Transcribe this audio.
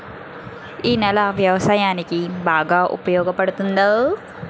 ఈ నేల వ్యవసాయానికి బాగా ఉపయోగపడుతుందా?